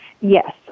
Yes